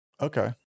Okay